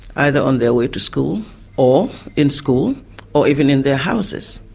either on their way to school or in school or even in their houses,